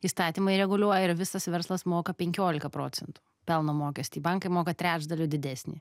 įstatymai reguliuoja ir visas verslas moka penkiolika procentų pelno mokestį bankai moka trečdaliu didesnį